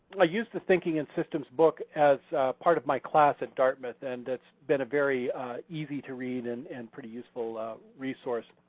i use the thinking in systems book as part of my class at dartmouth and it's been a very easy to read and and pretty useful resource.